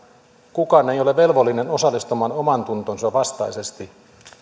kukaan ei ole velvollinen osallistumaan omantuntonsa vastaisesti